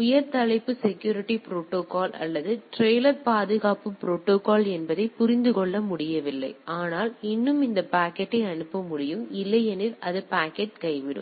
உயர் தலைப்பு security protocol அல்லது டிரெய்லர் பாதுகாப்பு ப்ரோடோகால் என்பதை புரிந்து கொள்ள முடியவில்லை ஆனால் இன்னும் இந்த பாக்கெட்டை அனுப்ப முடியும் இல்லையெனில் அது பாக்கெட்டை கைவிடும்